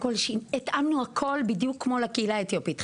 התאמנו את הכל בדיוק כמו לקהילה האתיופית.